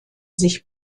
sich